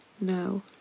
No